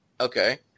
Okay